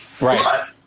Right